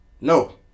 No